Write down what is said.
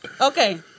Okay